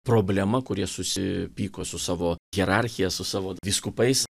problema kurie susipyko su savo hierarchija su savo vyskupais